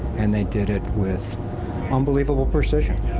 and they did it with unbelievable precision.